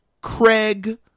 Craig